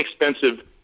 inexpensive